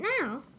now